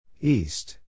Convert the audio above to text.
East